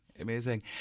amazing